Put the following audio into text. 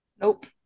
Nope